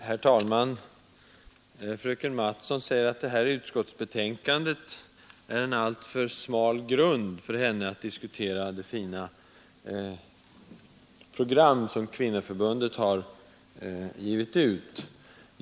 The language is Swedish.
Herr talman! Fröken Mattson säger att utskottsbetänkandet är en alltför svag grund för en diskussion om det fina program som kvinnoförbundet har antagit.